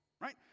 Right